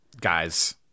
guys